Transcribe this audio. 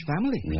family